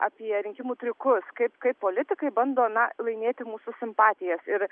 apie rinkimų triukus kaip kaip politikai bando laimėti mūsų simpatijas ir